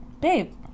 Babe